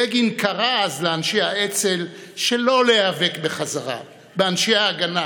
בגין קרא אז לאנשי האצ"ל שלא להיאבק בחזרה באנשי ההגנה,